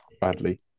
Badly